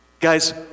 Guys